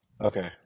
Okay